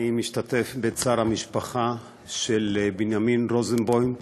אני משתתף בצער המשפחה של בנימין רוזנבאום מערד,